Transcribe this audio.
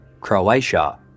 Croatia